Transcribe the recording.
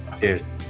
cheers